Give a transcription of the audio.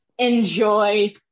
enjoy